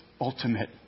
ultimate